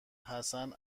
حسن